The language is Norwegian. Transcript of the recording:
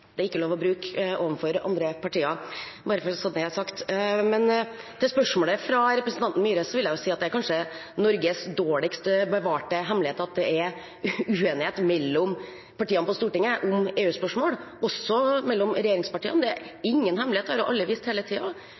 spørsmålet fra representanten Myhre vil jeg si at det kanskje er Norges dårligst bevarte hemmelighet at det er uenighet mellom partiene på Stortinget om EU-spørsmål, også mellom regjeringspartiene. Det er ingen hemmelighet, det har jo alle visst hele